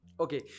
Okay